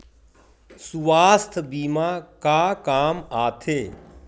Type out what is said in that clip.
सुवास्थ बीमा का काम आ थे?